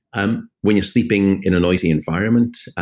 um when you're sleeping in a noisy environment,